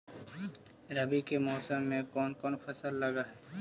रवि के मौसम में कोन कोन फसल लग है?